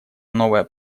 новое